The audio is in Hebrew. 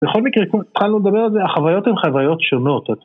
בכל מקרה, כמו שהתחלנו לדבר על זה, החוויות הן חוויות שונות.